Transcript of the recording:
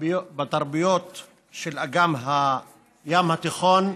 התרבויות של אגן הים התיכון,